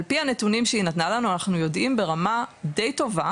על פי הנתונים שהיא נתנה לנו אנחנו יודעים ברמה די טובה